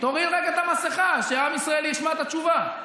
תוריד רגע את המסכה, שעם ישראל ישמע את התשובה.